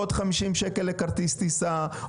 עוד 50 שקלים לכרטיס טיסה,